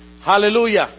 hallelujah